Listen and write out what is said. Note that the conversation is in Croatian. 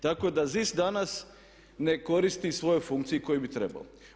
Tako da ZIS danas ne koristi svojoj funkciji kojoj bi trebao.